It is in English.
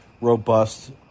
robust